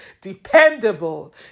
Dependable